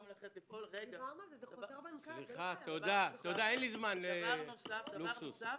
דבר נוסף,